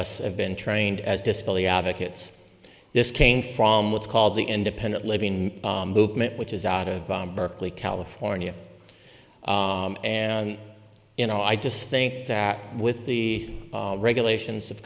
us have been trained as disability advocates this came from what's called the independent living movement which is out of berkeley california and you know i just think that with the regulations of